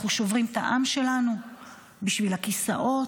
אנחנו שוברים את העם שלנו בשביל הכיסאות?